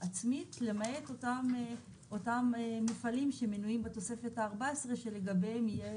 עצמית למעט אותם מפעלים שמנועים בתוספת ה-14 שלגביהם יהיה,